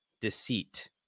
deceit